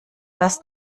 das